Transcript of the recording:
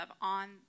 on